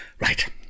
right